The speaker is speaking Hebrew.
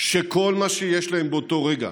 שכל מה שיש להם באותו רגע